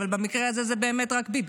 אבל במקרה הזה זה באמת רק ביבי,